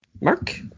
Mark